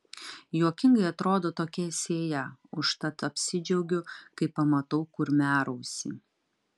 juokingai atrodo tokia sėja užtat apsidžiaugiu kai pamatau kurmiarausį